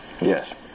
Yes